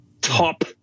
top